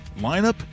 lineup